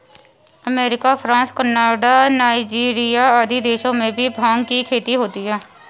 America, France, Canada, Nigeria आदि देशों में भी भाँग की खेती होती है